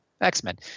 X-Men